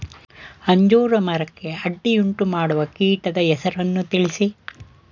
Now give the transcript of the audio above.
ಅಂಜೂರ ಮರಕ್ಕೆ ಅಡ್ಡಿಯುಂಟುಮಾಡುವ ಕೀಟದ ಹೆಸರನ್ನು ತಿಳಿಸಿ?